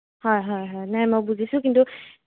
হয় হয় হয় নাই মই বুজিছোঁ কিন্তু